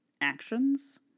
actions